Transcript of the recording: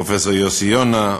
פרופסור יוסי יונה,